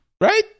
Right